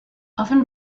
often